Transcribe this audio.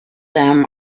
them